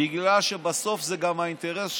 בגלל שבסוף זה גם האינטרס שלהן.